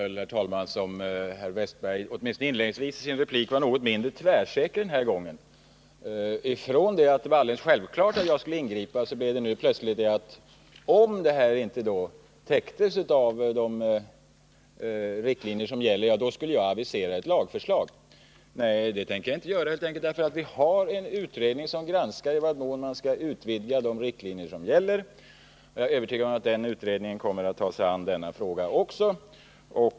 Herr talman! Det föreföll som herr Wästberg, åtminstone inledningsvis, i sin replik nu var något mindre tvärsäker. Efter att det först varit alldeles vklart att jag skulle ingripa blev det nu plötsligt så, att om detta inte täcktes av de riktlinjer som gäller skulle jag avisera ett lagförslag. Nej, det tänker jag inte göra, helt enkelt därför att vi har en utredning som granskar i vad mån man skall utvidga de riktlinjer som gäller. Jag är övertygad om att den utredningen kommer att ta sig an även denna fråga.